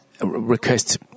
request